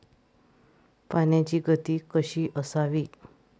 पाण्याची गती कशी असावी?